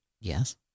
Yes